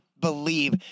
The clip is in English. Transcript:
believe